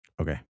Okay